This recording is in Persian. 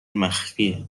مخفیه